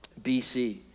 bc